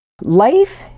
life